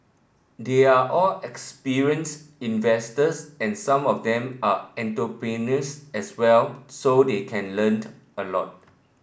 they are all experienced investors and some of them are entrepreneurs as well so they can learnt a lot